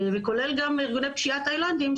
וכולל גם ארגוני פשיעה תאילנדים,